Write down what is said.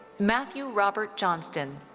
matthew robert johnston.